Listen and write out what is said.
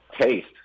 taste